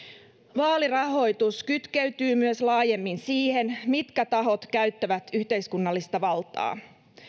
vaalirahoitus kytkeytyy myös laajemmin siihen mitkä tahot käyttävät yhteiskunnallista valtaa